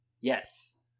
Yes